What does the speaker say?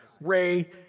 Ray